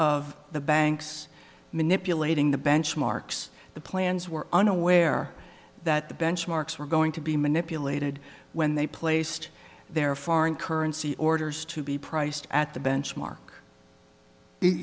of the banks manipulating the benchmarks the plans were unaware that the benchmarks were going to be manipulated when they placed their foreign currency orders to be priced at the benchmark it